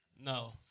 No